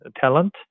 talent